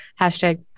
hashtag